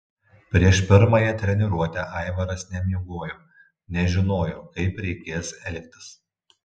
prieš pirmąją treniruotę aivaras nemiegojo nežinojo kaip reikės elgtis